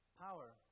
power